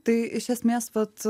tai iš esmė vat